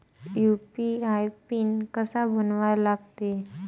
UPI PIN कसा बनवा लागते?